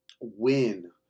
win